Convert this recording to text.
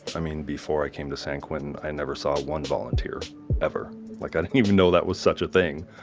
i mean, before i came to san quentin, i never saw one volunteer ever like i didn't even know that was such a thing,